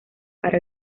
para